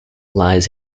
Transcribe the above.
lies